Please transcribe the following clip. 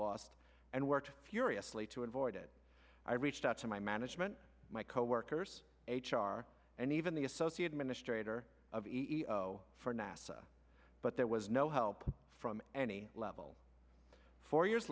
lost and worked furiously to avoid it i reached out to my management my coworkers h r and even the associate administrator of the for nasa but there was no help from any level four years